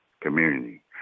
community